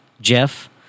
Jeff